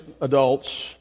adults